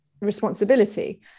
responsibility